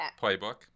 playbook